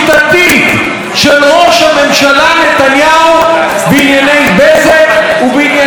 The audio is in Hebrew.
הממשלה נתניהו בענייני בזק ובענייני מר אלוביץ',